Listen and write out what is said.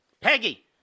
Peggy